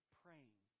praying